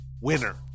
winner